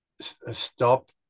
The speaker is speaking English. stop